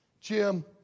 Jim